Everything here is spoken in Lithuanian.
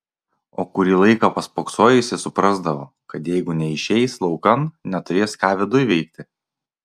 o kurį laiką paspoksojusi suprasdavo kad jeigu neišeis laukan neturės ką viduj veikti